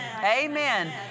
Amen